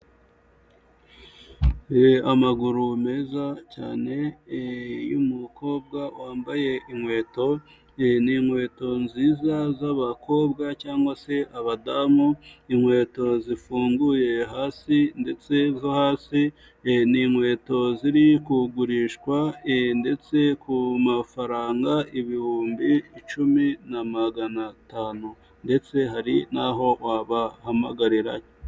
Amaguru meza cyane y'umukobwa wambaye inkweto, ni inkweto nziza z'abakobwa cyangwa se abadamu, inkweto zifunguye hasi ndetse zo hasi, ni inkweto ziri kugurishwa ndetse ku mafaranga ibihumbi icumi na magana atanu, ndetse hari n'aho wabahamagarira.